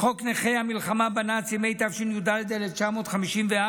חוק נכי המלחמה בנאצים, התשי"ד 1954,